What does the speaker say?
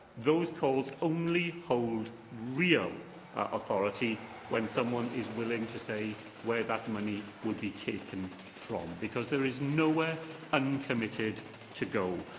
those calls only hold real authority when someone is willing to say where that money would be taken from, because there is nowhere uncommitted to go.